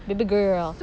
baby girl